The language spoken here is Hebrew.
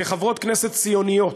כחברות כנסת ציוניות,